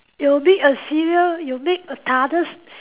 you make a cereal you make a